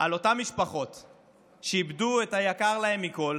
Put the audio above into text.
על אותן משפחות שאיבדו את היקר להן מכול